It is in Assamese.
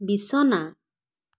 বিছনা